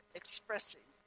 expressing